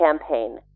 campaign